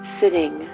sitting